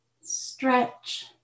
stretch